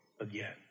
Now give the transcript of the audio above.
again